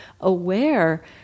aware